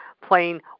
playing